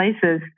places